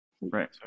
Right